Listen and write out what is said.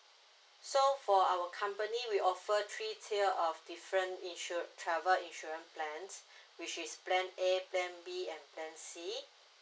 so for our company we offer three tier of different insured travel insurance plan which is plan A plan B and plan C